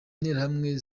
interahamwe